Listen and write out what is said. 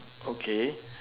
okay